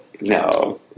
No